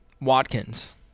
Watkins